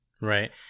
Right